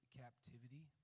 captivity